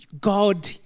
God